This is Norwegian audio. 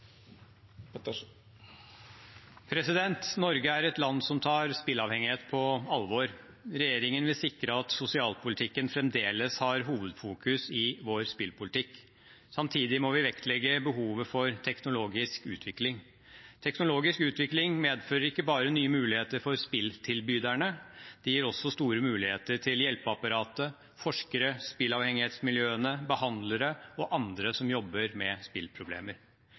Norge er et land som tar spilleavhengighet på alvor. Regjeringen vil sikre at sosialpolitikken fremdeles er hovedfokuset i vår spillpolitikk. Samtidig må vi vektlegge behovet for teknologisk utvikling. Teknologisk utvikling medfører ikke bare nye muligheter for spilltilbyderne, det gir også store muligheter for hjelpeapparatet, forskere, spillavhengighetsmiljøene, behandlere og andre som jobber med